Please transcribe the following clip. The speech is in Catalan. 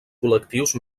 col·lectius